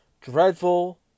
dreadful